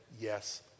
yes